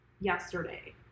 yesterday